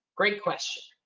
great question.